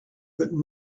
but